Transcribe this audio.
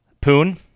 Poon